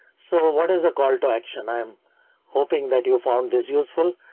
so what is the call to action? i'm hoping that you found this useful.